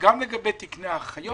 גם לגבי תקני האחיות,